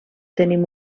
tenim